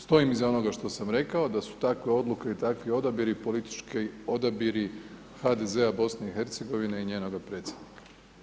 Stojim iza onoga što sam rekao, da su takve odluke i takvi odabiri politički odabiri HDZ-a BiH-a i njenoga predsjednika.